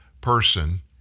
person